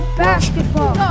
basketball